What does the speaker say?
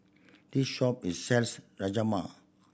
this shop is sells Rajma